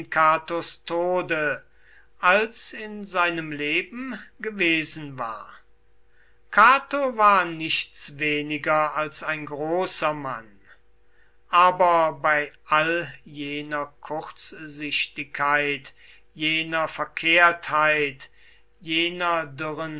catos tode als in seinem leben gewesen war cato war nichts weniger als ein großer mann aber bei all jener kurzsichtigkeit jener verkehrtheit jener dürren